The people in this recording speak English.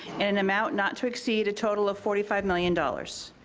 and amount not to exceed a total of forty five million dollars.